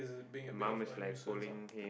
the mom is like pulling him